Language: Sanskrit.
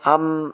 अहं